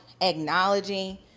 acknowledging